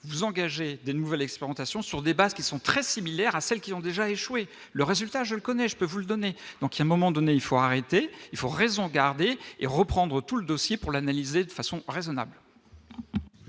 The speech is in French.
vous engager des nouvelles exportations sur des bases qui sont très similaires à celles qui ont déjà échoué le résultat, je le connais, je peux vous le donner, donc un moment donné, il faut arrêter, il faut raison garder et reprendre tout le dossier pour l'analyser de façon raisonnable.